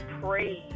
praise